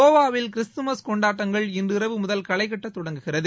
கோவாவில் கிறிஸ்துமஸ் கொண்டாட்டங்கள் இன்றிரவு முதல் களைகட்ட தொடங்குகிறது